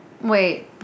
Wait